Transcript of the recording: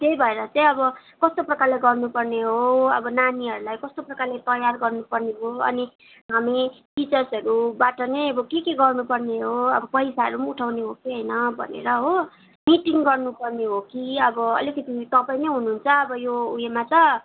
त्यही भएर चाहिँ अब कस्तो प्रकारले गर्नुपर्ने हो अब नानीहरूलाई कस्तो प्रकारले तयार गर्नुपर्ने हो अनि हामी टिचर्सहरूबाट नै अब के के गर्नु पर्ने हो अब पैसाहरू पनि उठाउँने हो कि होइन भनेर हो मिटिङ गर्नुपर्ने हो को अब अलिकति तपाईँ नै हुनुहुन्छ अब यो ऊ योमा त